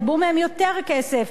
יגבו מהם יותר כסף,